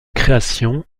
création